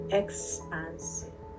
expansive